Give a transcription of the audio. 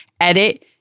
edit